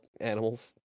animals